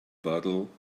bottle